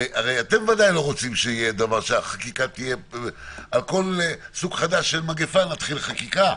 הרי אתם ודאי לא רוצים שעל כל סוג חדש של מגפה נתחיל חקיקה.